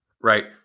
right